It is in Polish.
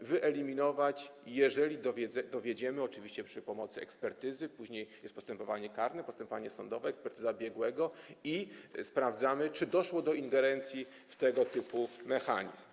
wyeliminować, jeżeli tego dowiedziemy, oczywiście przy pomocy ekspertyzy - jest postępowanie karne, postępowanie sądowe, ekspertyza biegłego - sprawdzimy, czy doszło do ingerencji w tego typu mechanizm.